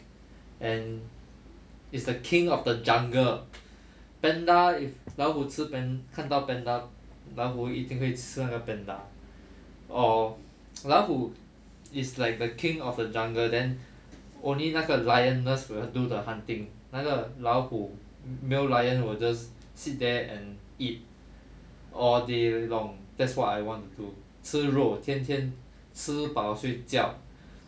and is the king of the jungle panda if 老虎吃 pan 看到 panda 老虎一定会吃那个 panda or 老虎 it's like the king of the jungle then only 那个 lioness will do a hunting 那个老虎 male lion will just sit there and eat all day long that's what I want to do 吃肉天天吃饱睡觉